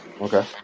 Okay